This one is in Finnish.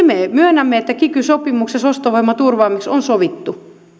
me myönnämme että kiky sopimuksessa ostovoiman turvaamiseksi on sovittu